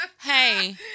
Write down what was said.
hey